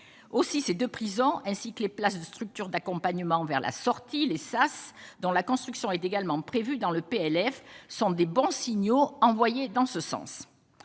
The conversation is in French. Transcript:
aussi c'est de prison ainsi que les places de structures d'accompagnement vers la sortie les sas dont la construction est également prévue dans le PLF 100 des bons signaux envoyés dans ce sens,